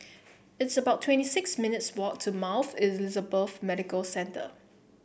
it's about twenty six minutes' walk to Mount Elizabeth Medical Centre